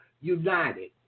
United